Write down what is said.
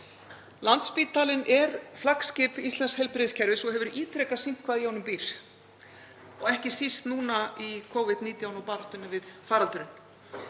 Landspítalinn er flaggskip íslensks heilbrigðiskerfis og hefur ítrekað sýnt hvað í honum býr og ekki síst núna í Covid-19 og baráttunni við faraldurinn.